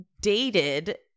dated